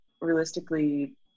realistically